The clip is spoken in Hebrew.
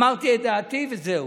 אמרתי את דעתי וזהו,